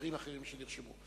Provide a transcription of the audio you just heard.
חברים אחרים שנרשמו.